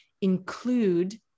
include